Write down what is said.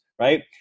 Right